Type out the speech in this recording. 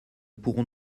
pourrons